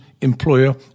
employer